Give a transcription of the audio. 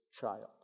child